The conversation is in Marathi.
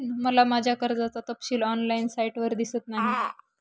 मला माझ्या कर्जाचा तपशील ऑनलाइन साइटवर दिसत नाही